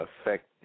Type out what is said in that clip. affect